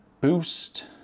boost